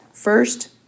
First